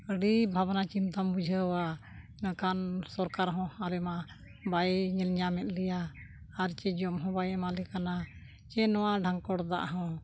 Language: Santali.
ᱟᱹᱰᱤ ᱵᱷᱟᱵᱱᱟ ᱪᱤᱱᱛᱟᱢ ᱵᱩᱡᱷᱟᱹᱣᱟ ᱢᱮᱱᱠᱷᱟᱱ ᱥᱚᱨᱠᱟᱨ ᱦᱚᱸ ᱟᱨᱮ ᱢᱟ ᱵᱟᱭ ᱧᱮᱞ ᱧᱟᱢᱮᱫ ᱞᱮᱭᱟ ᱟᱨ ᱪᱮᱫ ᱡᱚᱢ ᱦᱚᱸ ᱵᱟᱭ ᱮᱢᱟᱞᱮᱠᱟᱱᱟ ᱪᱮᱫ ᱱᱚᱣᱟ ᱰᱷᱟᱝᱠᱚᱨ ᱫᱟᱜ ᱦᱚᱸ